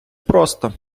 просто